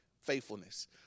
faithfulness